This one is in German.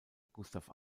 gustav